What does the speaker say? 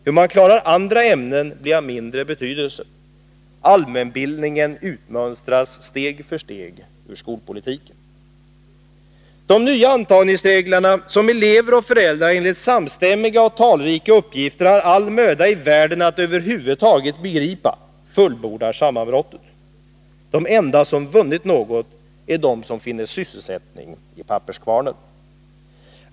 Hur man klarar andra ämnen är av mindre betydelse. Allmänbildningen utmönstras steg för steg ur skolpolitiken. De nya antagningsreglerna, som elever och föräldrar enligt samstämmiga och talrika uppgifter har all möda i världen att över huvud taget begripa, fullbordar sammanbrottet. De enda som vunnit något är de som finner sysselsättning i papperskvarnen.